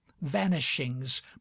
vanishings